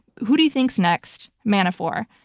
who do you think is next? manafort.